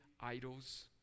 idols